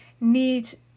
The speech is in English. need